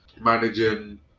managing